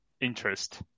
interest